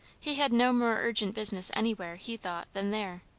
he had no more urgent business anywhere, he thought, than there.